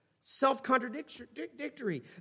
Self-contradictory